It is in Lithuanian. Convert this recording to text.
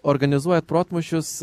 organizuoja protmūšius